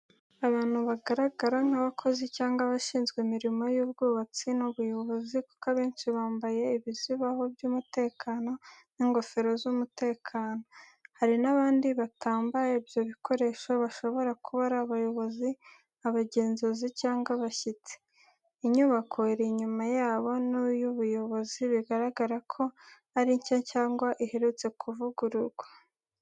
Abantu bagaragara nk’abakozi cyangwa abashinzwe imirimo y’ubwubatsi n’ubuyobozi, kuko benshi bambaye ibizibaho by’umutekano n’ingofero z’umutekano. Hari n’abandi batambaye ibyo bikoresho, bashobora kuba ari abayobozi, abagenzuzi, cyangwa abashyitsi. Inyubako iri inyuma yabo ni iy’ubuyobozi, bigaragara ko ari nshya cyangwa iherutse kuvugururwa.